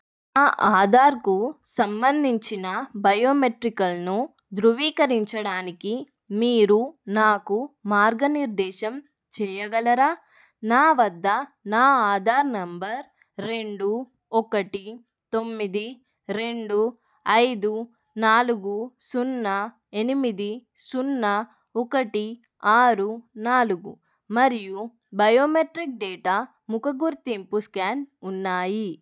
నా ఆధార్కు సంబంధించిన బయోమెట్రికల్ను ధృవీకరించడానికి మీరు నాకు మార్గనిర్దేశం చేయగలరా నా వద్ద నా ఆధార్ నెంబర్ రెండు ఒకటి తొమ్మిది రెండు ఐదు నాలుగు సున్నా ఎనిమిది సున్నా ఒకటి ఆరు నాలుగు మరియు బయోమెట్రిక్ డేటా ముఖ గుర్తింపు స్కాన్ ఉన్నాయి